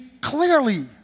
clearly